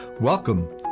Welcome